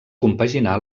compaginà